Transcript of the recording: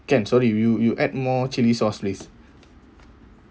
can sorry you you add more chili sauce please